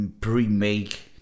pre-make